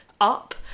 up